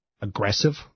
aggressive